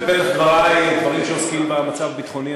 בפתח דברי, דברים שעוסקים במצב הביטחוני.